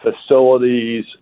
facilities